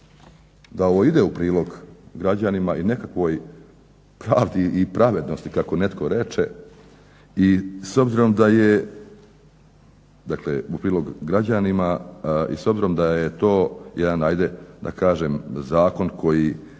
da ovo ide u prilog građanima i nekakvoj karti i pravednosti kako netko reče i s obzirom da je dakle u prilog građanima i s obzirom da je to jedan da kažem zakon koji